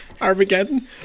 Armageddon